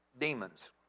demons